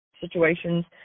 situations